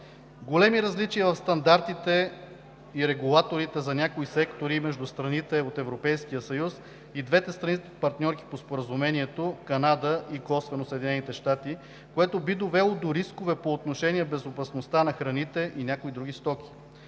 големи различия в стандартите и регулаторите за някои сектори между страните от Европейския съюз и двете страни, партньорки по Споразумението – Канада и косвено САЩ, което би довело до рискове по отношение безопасността на храните и някои други стоки.